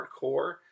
hardcore